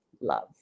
love